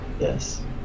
yes